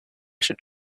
should